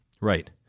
Right